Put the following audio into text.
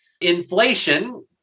Inflation